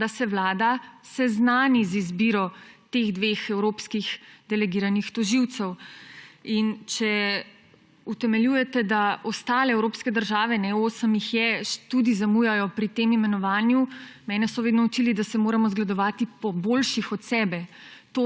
da se vlada seznani z izbiro teh dveh evropskih delegiranih tožilcev. Če utemeljujete, da ostale evropske države, osem jih je, tudi zamujajo pri tem imenovanju, mene so vedno učili, da se moramo zgledovati po boljših od sebe.